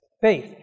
faith